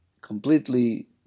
completely